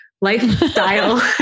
lifestyle